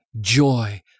joy